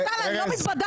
מתן, אני לא מתבדחת.